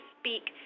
speak